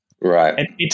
Right